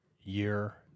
year